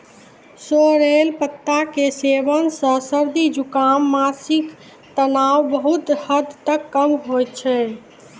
sorrel पत्ता के सेवन सॅ सर्दी, जुकाम, मानसिक तनाव बहुत हद तक कम होय छै